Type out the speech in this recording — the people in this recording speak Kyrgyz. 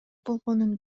болгонун